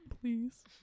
please